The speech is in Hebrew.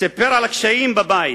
סיפר על הקשיים בבית: